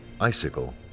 Icicle